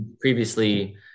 Previously